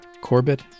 Corbett